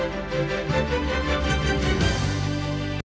Дякую